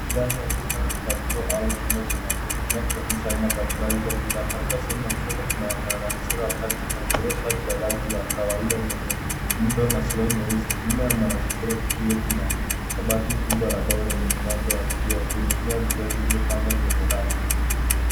Ndani ya duka la ngua au jumba cha maonyesho, kinacho onyesha aina mbali mbali za bidhaa. Katika sehemu ya kushoto kuna mwanasesere wa plastiki amevalia shati la rangi ya kahawia lenye muundo na sura nyeusi. Nyuma ya mwanasesere huyo kuna kabati kubwa la mbao lenye milango ya vioo vimejaa viatu vilivyo pangwa kwenye rafu.